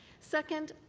second,